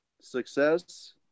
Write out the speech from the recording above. success